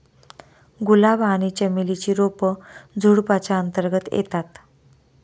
गुलाब आणि चमेली ची रोप झुडुपाच्या अंतर्गत येतात